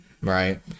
Right